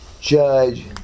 judge